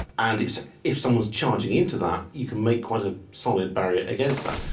and it's if someone's charging into that you can make quite a solid barrier against that.